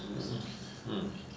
mm